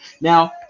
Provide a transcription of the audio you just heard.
Now